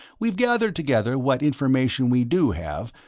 we've gathered together what information we do have,